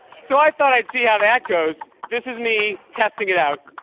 so i thought i'd see how that goes. this is me testing it out.